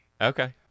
Okay